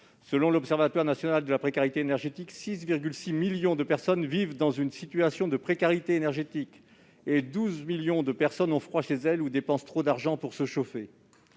Selon l'Observatoire national de la précarité énergétique (ONPE), 6,6 millions de nos concitoyens vivent dans une situation de précarité énergétique et 12 millions de personnes ont froid chez elles ou dépensent trop d'argent pour se chauffer.